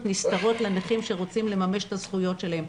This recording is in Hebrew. נסתרות לנכים שרוצים לממש את הזכויות שלהם.